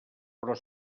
però